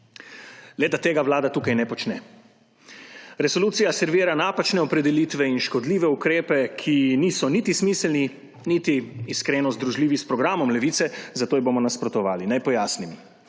Tega vlada tukaj ne počne. Resolucija servira napačne opredelitve in škodljive ukrepe, ki niso niti smiselni niti iskreno združljivi s programom Levice, zato ji bomo nasprotovali. Naj pojasnim.